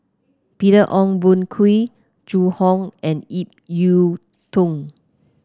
Peter Ong Boon Kwee Zhu Hong and Ip Yiu Tung